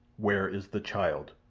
where is the child?